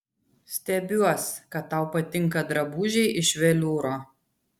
stebiuos kad tau patinka drabužiai iš veliūro